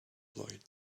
light